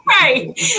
Right